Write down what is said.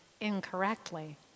incorrectly